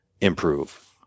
improve